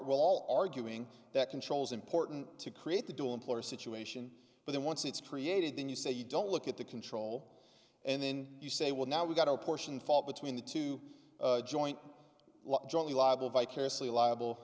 e all arguing that controls important to create the dual employer situation but then once it's created then you say you don't look at the control and then you say well now we've got to apportion fall between the two joint jointly liable vicariously liable